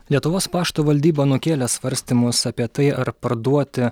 lietuvos pašto valdyba nukėlė svarstymus apie tai ar parduoti